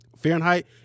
Fahrenheit